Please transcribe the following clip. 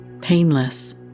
Painless